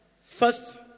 first